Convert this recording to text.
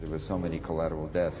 there were so many collateral death